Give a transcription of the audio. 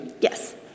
Yes